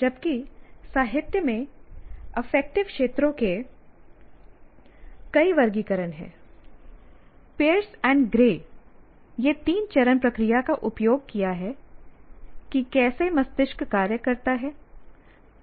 जबकि साहित्य में अफेक्टिव क्षेत्रों के कई वर्गीकरण हैं पियर्स और ग्रे यह तीन चरण प्रक्रिया का उपयोग किया है कि कैसे मस्तिष्क कार्य करता है